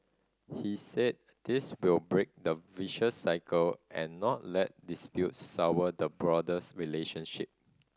he said this break the vicious cycle and not let disputes sour the broader relationship